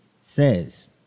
says